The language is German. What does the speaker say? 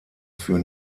für